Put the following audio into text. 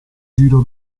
giro